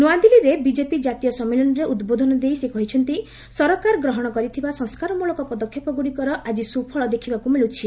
ନ୍ତଆଦିଲ୍ଲୀରେ ବିଜେପି ଜାତୀୟ ସମ୍ମିଳନୀରେ ଉଦ୍ବୋଧନ ଦେଇ ସେ କହିଛନ୍ତି ସରକାର ଗ୍ରହଣ କରିଥିବା ସଂସ୍କାରମୂଳକ ପଦକ୍ଷେପଗୁଡ଼ିକର ଆଜି ସୁଫଳ ଦେଖିବାକୁ ମିଳୁଛି